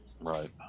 Right